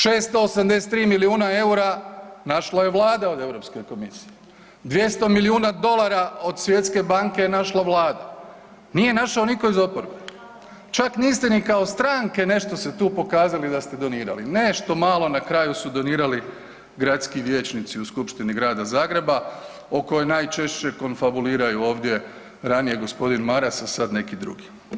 683 milijuna eura našla je Vlada od Europske komisije, 200 milijuna dolara od Svjetske banke našla je Vlada, nije našao nitko iz oporbe, čak niste ni kao stranke nešto se tu pokazali da ste donirali, nešto malo na kraju su donirali gradski vijećnici u Skupštini Grada Zagreba o kojoj najčešće konfabuliraju ovdje ranije gospodin Maras, a sada neki drugi.